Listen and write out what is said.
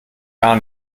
gar